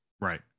right